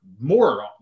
more